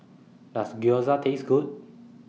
Does Gyoza Taste Good